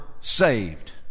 saved